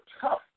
tough